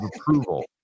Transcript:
approval